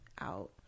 out